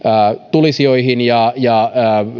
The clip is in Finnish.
tulisijoihin ja ja